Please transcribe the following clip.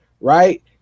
right